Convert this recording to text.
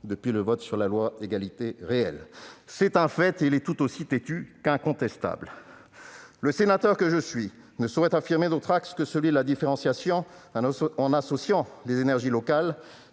relative à l'égalité réelle outre-mer. Voilà un fait tout aussi têtu qu'incontestable. Le sénateur que je suis ne saurait affirmer d'autre axe que celui de la différenciation en associant les énergies locales,